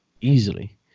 easily